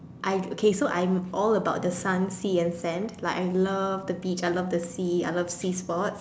I okay so I'm all about the sun sea and sands like I love the beach I love the sea I love sea sports